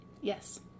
Yes